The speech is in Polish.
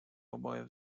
oboje